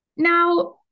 Now